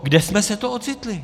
Kde jsme se to ocitli?